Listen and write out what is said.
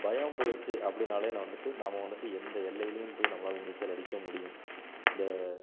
பயம் போயிடுச்சு அப்படின்னாலேனா வந்துட்டு நாம் வந்துட்டு எந்த எல்லைலேயும் போய் நம்மளால் நீச்சல் அடிக்க முடியும் இந்த